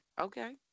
okay